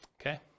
Okay